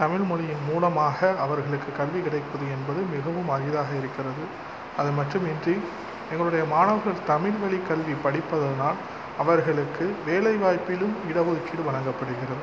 தமிழ்மொழியின் மூலமாக அவர்களுக்கு கல்வி கிடைப்பது என்பது மிகவும் அரிதாக இருக்கிறது அது மட்டுமின்றி எங்களுடைய மாணவர்கள் தமிழ் மொழி கல்வி படிப்பதனால் அவர்களுக்கு வேலைவாய்ப்பிலும் இட ஒதுக்கீடு வழங்கப்படுகிறது